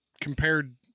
compared